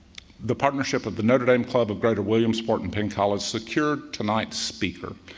the partnership of the notre dame club of greater williamsport and penn college secured tonight speaker.